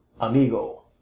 Amigo